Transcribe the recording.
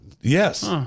Yes